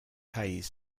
hayes